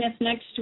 next